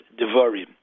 Devarim